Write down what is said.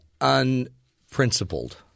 unprincipled